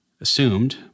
assumed